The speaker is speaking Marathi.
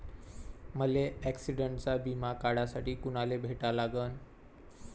मले ॲक्सिडंटचा बिमा काढासाठी कुनाले भेटा लागन?